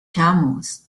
camels